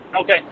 Okay